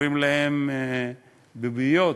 קוראים להם ביוביות,